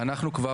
אנחנו כבר,